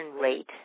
rate